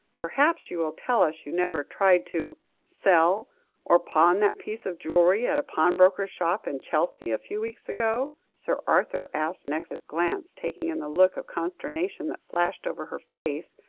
perhaps you will tell us you never tried to sell or pawn that piece of jewellery, at a pawnbroker's shop in chelsea a few weeks ago? sir arthur asked next, his glance taking in the look of consternation that flashed over her face,